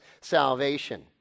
salvation